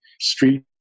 street